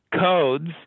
codes